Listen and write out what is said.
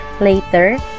later